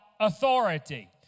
authority